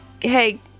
hey